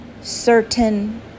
certain